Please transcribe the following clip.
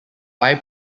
eye